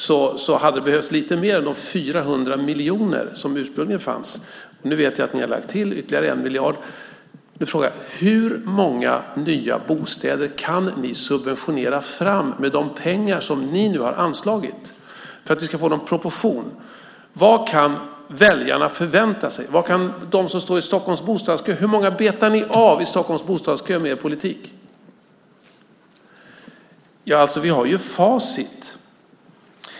Det hade alltså behövts lite mer än de 400 miljoner som ursprungligen fanns. Nu vet jag att ni har lagt till ytterligare 1 miljard. Nu frågar jag: Hur många nya bostäder kan ni subventionera fram med de pengar som ni nu har anslagit? För att vi ska få någon uppfattning om proportionerna undrar jag: Vad kan väljarna förvänta sig? Vad kan de som står i Stockholms bostadskö förvänta sig? Hur många betar ni av i Stockholms bostadskö med er politik? Vi har facit.